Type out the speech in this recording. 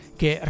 che